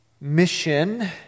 mission